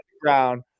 ground